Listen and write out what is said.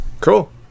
cool